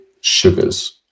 sugars